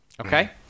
Okay